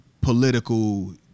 political